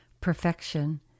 perfection